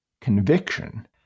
conviction